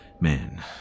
man